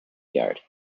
yard